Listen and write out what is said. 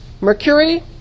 Mercury